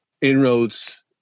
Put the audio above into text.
inroads